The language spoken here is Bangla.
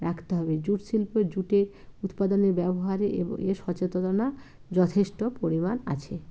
রাখতে হবে জুট শিল্পে জুটের উৎপাদনের ব্যবহারে এর সচেততনা যথেষ্ট পরিমাণ আছে